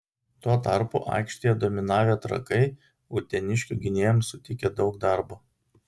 tuo tarpu aikštėje dominavę trakai uteniškių gynėjams suteikė daug darbo